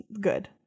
good